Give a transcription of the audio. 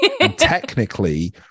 technically